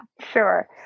Sure